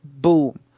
boom